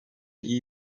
iyi